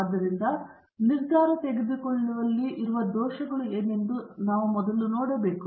ಆದ್ದರಿಂದ ನಿರ್ಧಾರ ತೆಗೆದುಕೊಳ್ಳುವಲ್ಲಿ ದೋಷಗಳು ಏನೆಂದು ನಾವು ನೋಡಬೇಕು